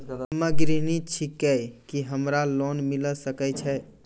हम्मे गृहिणी छिकौं, की हमरा लोन मिले सकय छै?